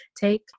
take